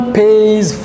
pays